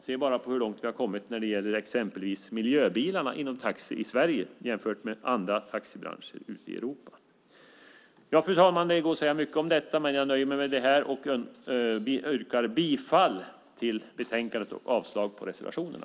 Se bara hur långt vi kommit när det gäller exempelvis miljöbilar inom taxibranschen i Sverige jämfört med andra taxibranscher i Europa. Fru talman! Det går att säga mycket om detta, men jag nöjer mig med det här och yrkar bifall till utskottets förslag i betänkandet och avslag på reservationerna.